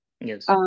Yes